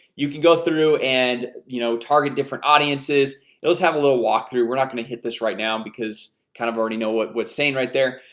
you can go through and you know target different audiences those have a little walk through we're not going to hit this right now because kind of already know what what's saying right there?